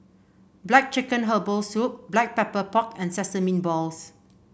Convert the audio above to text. black chicken Herbal Soup Black Pepper Pork and Sesame Balls